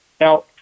Now